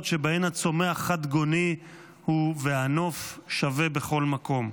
שבהן הצומח חד-גוני הוא והנוף שווה בכל מקום.